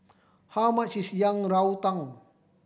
how much is Yang Rou Tang